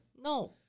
No